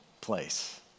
place